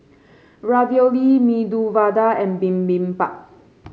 Ravioli Medu Vada and Bibimbap